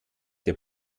der